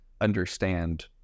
understand